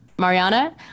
Mariana